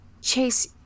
Chase